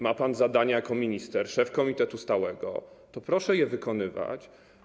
Ma pan zadanie jako minister, szef komitetu stałego, to proszę je wykonywać.